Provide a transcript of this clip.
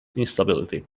instability